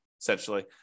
essentially